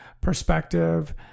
perspective